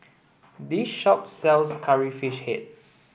this shop sells curry fish head